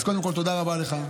אז קודם כול, תודה רבה לך.